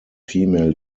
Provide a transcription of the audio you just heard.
female